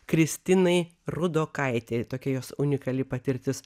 kristinai rudokaitei tokia jos unikali patirtis